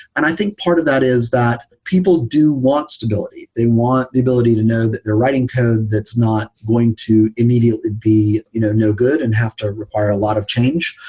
and i think part of that is that people do want stability. they want the ability to know that they're writing code that's not going to immediately be you know no good and have to require a lot of change,